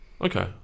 Okay